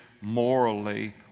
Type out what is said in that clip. morally